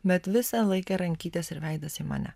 bet visą laiką rankytės ir veidas į mane